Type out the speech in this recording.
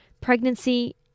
pregnancy